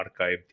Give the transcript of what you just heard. archived